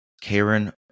Karen